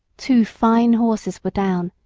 two fine horses were down,